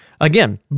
again